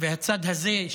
הצד הזה,